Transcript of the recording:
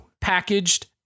packaged